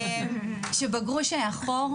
"כשבגרוש היה חור",